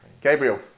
Gabriel